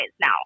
now